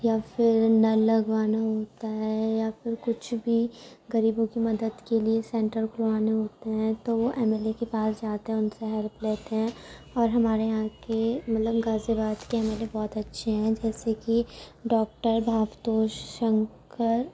یا پھر نل لگوانا ہوتا ہے یا پھر کچھ بھی غریبوں کی مدد کے لیے سنٹر کھلوانے ہوتے ہیں تو وہ ایم ایل اے کے پاس جاتے ہیں اور ان سے ہیلپ لیتے ہیں اور ہمارے یہاں کی مطلب غازی آباد کے ایم ایل اے بہت اچھے ہیں جیسے کہ ڈاکٹر بھاوتوش شنکر